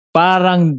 parang